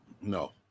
No